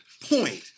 point